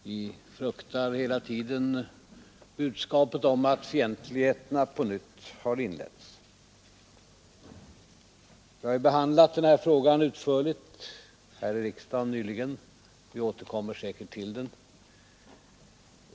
Vi fruktar hela tiden budskapet om att fientligheterna på nytt har inletts. Denna fråga har nyligen behandlats utförligt här i riksdagen. Vi återkommer säkert till den.